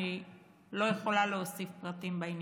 אני לא יכולה להוסיף פרטים בעניין.